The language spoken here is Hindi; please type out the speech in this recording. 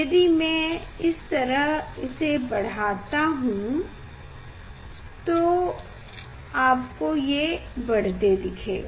यदि मैं इस तरह इसे बढ़ता हूँ तो आपको ये बढ़ते दिखेगा